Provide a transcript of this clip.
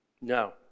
No